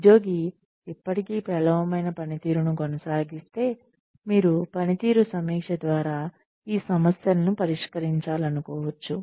ఉద్యోగి ఇప్పటికీ పేలవమైన పనితీరును కొనసాగిస్తే మీరు పనితీరు సమీక్ష ద్వారా ఈ సమస్యలను పరిష్కరించాలనుకోవచ్చు